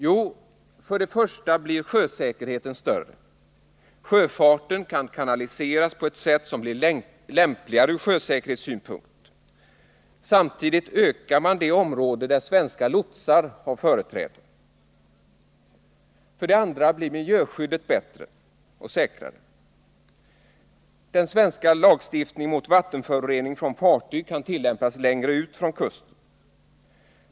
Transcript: Jo, för det första blir sjösäkerheten större. Sjöfarten kan kanaliseras på ett sätt som blir lämpligare ur sjösäkerhetssynpunkt. Samtidigt ökar man det område där svenska lotsar har företräde. För det andra blir miljöskyddet bättre och säkrare. Den svenska lagstiftningen mot vattenförorening från fartyg kan tillämpas längre ut från kusten.